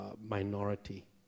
minority